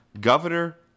Governor